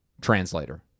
translator